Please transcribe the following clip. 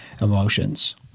emotions